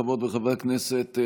חברות וחברי הכנסת,